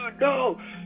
no